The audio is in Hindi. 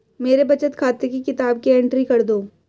मेरे बचत खाते की किताब की एंट्री कर दो?